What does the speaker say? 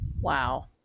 Wow